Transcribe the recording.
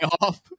off